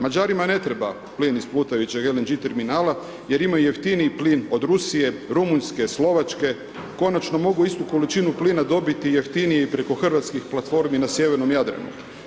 Mađarima ne treba plin iz plutajućeg LNG terminala jer imaju jeftiniji plin od Rusije, Rumunjske, Slovačke, konačno mogu istu količinu plina dobiti jeftinije i preko hrvatskih platformi na sjevernom Jadranu.